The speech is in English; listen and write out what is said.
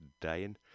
dying